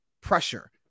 pressure